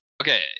Okay